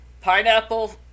Pineapple